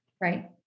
Right